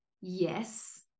yes